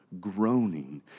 groaning